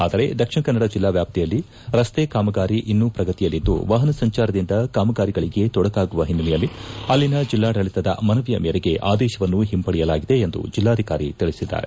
ಆದರೆ ದಕ್ಷಿಣ ಕನ್ನಡ ಜಿಲ್ಲಾ ವ್ಯಾಪ್ತಿಯಲ್ಲಿ ರಕ್ತೆ ಕಾಮಗಾರಿ ಇನ್ನು ಪ್ರಗತಿಯಲ್ಲಿದ್ದು ವಾಪನ ಸಂಚಾರದಿಂದ ಕಾಮಗಾರಿಗಳಿಗೆ ತೊಡಕಾಗುವ ಓನ್ನಲೆಯಲ್ಲಿ ಅಲ್ಲಿನ ಜಿಲ್ಲಾಡಳಿತದ ಮನವಿಯ ಮೇರೆಗೆ ಆದೇಶವನ್ನು ಓಂಪಡೆಯಲಾಗಿದೆ ಎಂದು ಜಿಲ್ಲಾಧಿಕಾರಿ ತಿಳಿಸಿದ್ದಾರೆ